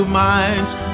minds